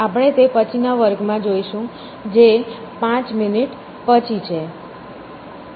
આપણે તે પછીના વર્ગમાં જોઈશું જે પાંચ મિનિટ પછી છે